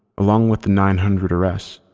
along with the nine hundred arrests,